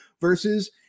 versus